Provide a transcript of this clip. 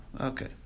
Okay